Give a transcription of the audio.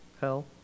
hell